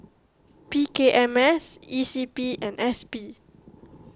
P K M S E C P and S P